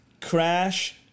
Crash